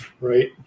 right